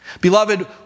Beloved